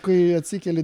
kai atsikeli